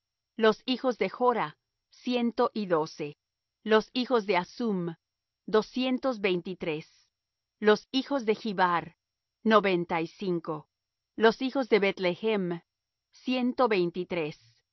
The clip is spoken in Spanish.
los hijos de jora ciento y doce los hijos de hasum doscientos veinte y tres los hijos de gibbar noventa y cinco los hijos de beth-lehem ciento